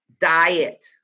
Diet